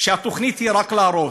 שהתוכנית היא רק להרוס,